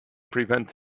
prevent